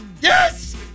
Yes